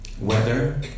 weather